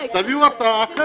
תביאו הרתעה אחרת.